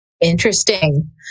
Interesting